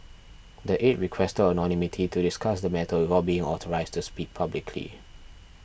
the aide requested anonymity to discuss the matter without being authorised to speak publicly